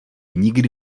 nikdy